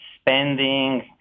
spending